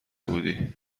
بودی